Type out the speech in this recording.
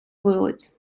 вилиць